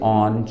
on